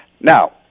Now